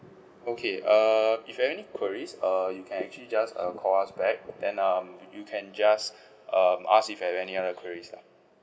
okay uh if you have any queries uh you can actually just uh call us back then um you you can just um ask if you have any other queries lah